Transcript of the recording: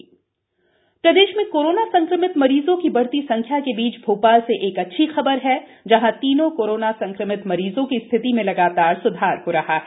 प्रदेश corona प्रदेश में corona संक्रमित मरीजों की बढ़ती संख्या के बीच भोपाल से एक अच्छी खबर है जहां तीनों कोरोना संक्रमित मरीजों की स्थिति में लगातार स्धार हो रहा है